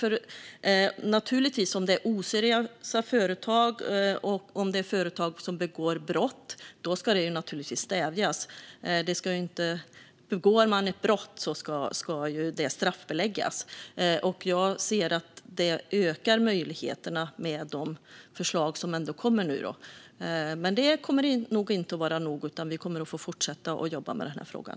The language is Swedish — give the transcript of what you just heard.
Om det handlar om oseriösa företag och om företag som begår brott ska det naturligtvis stävjas. Den som begår ett brott ska bestraffas, och jag ser att de förslag som nu kommer ändå ökar de möjligheterna. Men det kommer nog inte att vara tillräckligt, utan vi kommer att få fortsätta jobba med den här frågan.